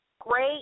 great